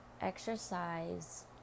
Exercise